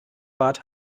bart